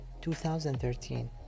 2013